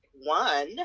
one